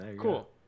Cool